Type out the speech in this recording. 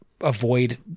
avoid